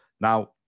Now